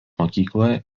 mokykloje